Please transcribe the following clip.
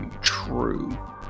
True